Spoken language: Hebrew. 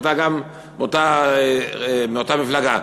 גם אתה מאותה המפלגה,